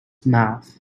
mouth